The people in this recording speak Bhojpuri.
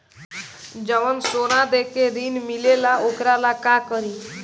जवन सोना दे के ऋण मिलेला वोकरा ला का करी?